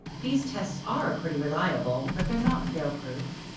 these tests are pretty reliable, but they're not failproof.